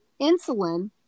insulin